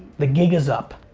the gig is up.